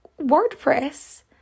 WordPress